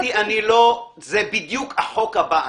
קרן, אתי, זה בדיוק החוק הבא.